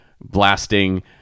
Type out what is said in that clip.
blasting